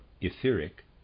etheric